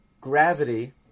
gravity